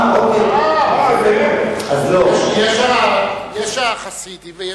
יש החסידים ויש,